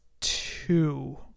two